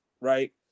Right